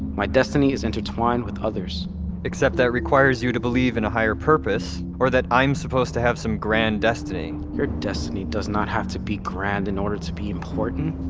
my destiny is intertwined with others except that requires you to believe in a higher purpose or that i'm supposed to have some grand destiny your destiny does not have to be grand in order to be important.